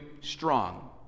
strong